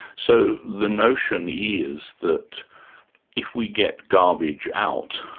so, the notion is that if we get garbage out,